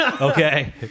Okay